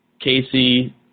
Casey